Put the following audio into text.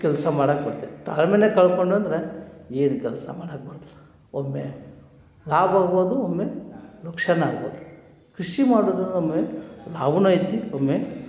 ಕೆಲಸ ಮಾಡೋಕೆ ಬರ್ತೈತೆ ತಾಳ್ಮೆನೆ ಕಳ್ಕೊಂಡ್ವಿ ಅಂದರೆ ಏನು ಕೆಲಸ ಮಾಡೋಕೆ ಬರೆದಿಲ್ಲ ಒಮ್ಮೆ ಲಾಭ ಆಗ್ಬೋದು ಒಮ್ಮೆ ನುಕ್ಸಾನ ಆಗ್ಬೋದು ಕೃಷಿ ಮಾಡುವುದು ಒಮ್ಮೆ ಲಾಭವೂ ಐತಿ ಒಮ್ಮೆ